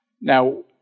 Now